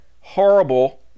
Horrible